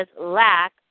lack